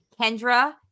Kendra